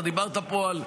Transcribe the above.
אתה דיברת פה על